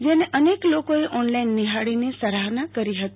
જેને અનેક લોકોએ ઓનલાઈન નિહાળીને સરાહના કરી હતી